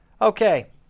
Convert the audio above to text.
Okay